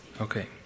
Okay